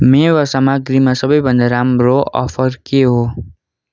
मेवा सामग्रीमा सबैभन्दा राम्रो अफर के हो